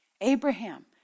Abraham